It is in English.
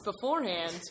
beforehand